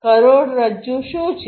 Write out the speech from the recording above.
કરોડરજ્જુ શું છે